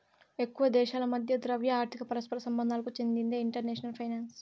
ఎక్కువ దేశాల మధ్య ద్రవ్య, ఆర్థిక పరస్పర సంబంధాలకు చెందిందే ఇంటర్నేషనల్ ఫైనాన్సు